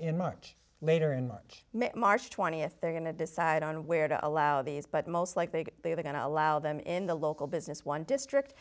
in much later in march march twentieth they're going to decide on where to allow these but most likely they are going to allow them in the local business one district